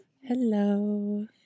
Hello